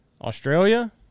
Australia